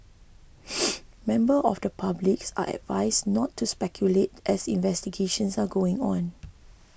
member of the public are advised not to speculate as investigations are going on